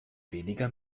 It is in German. weniger